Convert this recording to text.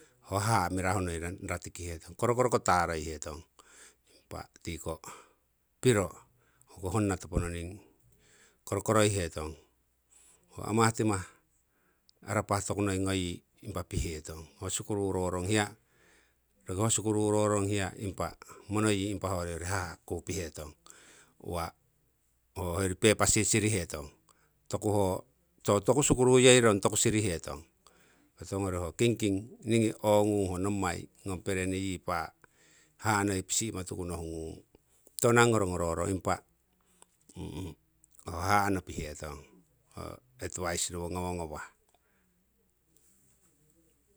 Ho haha' mirahu noi ratikihetong hetong korokorko taroihetong impa tiko piro ho honna topononing korokoroihetong ho amahtimah arapah toku noi ngoyi impa pihetong ho sikuru rorong hiya, roki ho sikuru rorong hiya monoyi impa hoyori haha' tii kuu pihetong. Hoyori pepa sirisirihetong, ho toku sikuru yeirong toku sirihetong. Tiwongori ho kingking ningi ongung ho nommai ngom pereni yi pa haha' noi pisi'mo tuku nohu ngung tiwonang ngoro ngororo impa ho haha' nopihetong, ho advice nowo ngawah